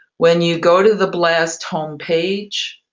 when you go to the blast home page,